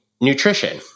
nutrition